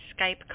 skype